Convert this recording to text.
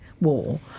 war